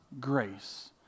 grace